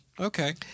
Okay